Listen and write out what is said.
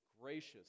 gracious